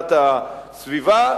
להגנת הסביבה,